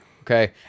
Okay